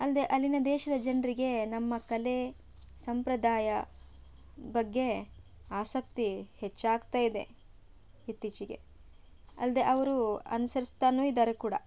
ಅಲ್ಲದೇ ಅಲ್ಲಿನ ದೇಶದ ಜನರಿಗೆ ನಮ್ಮ ಕಲೆ ಸಂಪ್ರದಾಯ ಬಗ್ಗೆ ಆಸಕ್ತಿ ಹೆಚ್ಚಾಗ್ತ ಇದೆ ಇತ್ತೀಚಿಗೆ ಅಲ್ಲದೇ ಅವರು ಅನುಸರಿಸ್ತಾನು ಇದ್ದಾರೆ ಕೂಡ